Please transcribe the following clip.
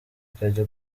ukajya